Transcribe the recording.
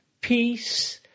peace